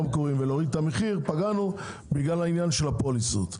מקוריים ולהוריד את המחיר פגענו בגלל העניין של הפוליסות,